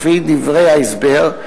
לפי דברי ההסבר,